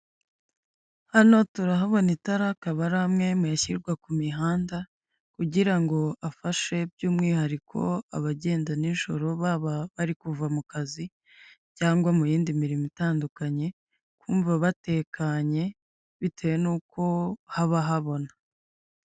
Hano turahabona itara akaba ari amwe muri ashyirwa ku mihanda, kugira ngo afashe by'umwihariko abagenda nijoro baba bari kuva mu kazi cyangwa mu yindi mirimo itandukanye, kumva batekanye bitewe nuko haba habona.